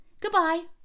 goodbye